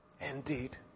indeed